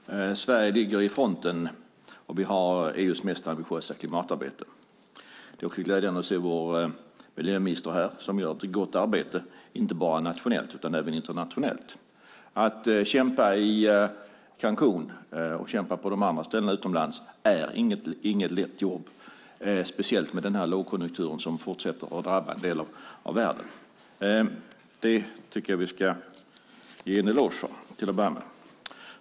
Herr talman! Sverige ligger i fronten, och vi har EU:s mest ambitiösa klimatarbete. Det är också glädjande att se vår miljöminister här som gör ett gott arbete, inte bara nationellt utan även internationellt. Att kämpa i Cancún och på de andra ställena utomlands är inget lätt jobb, speciellt med tanke på den lågkonjunktur som fortsätter att drabba en del av världen. Det tycker jag att vi ska ge honom en eloge för.